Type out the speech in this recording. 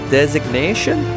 designation